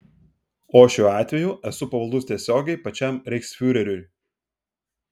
o šiuo atveju esu pavaldus tiesiogiai pačiam reichsfiureriui